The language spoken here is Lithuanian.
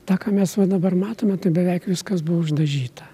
tą ką mes va dabar matome tai beveik viskas buvo uždažyta